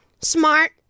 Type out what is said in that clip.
Smart